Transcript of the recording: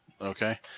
okay